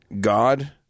God